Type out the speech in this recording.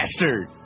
bastard